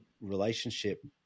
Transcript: relationship